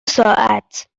ساعت